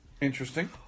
Interesting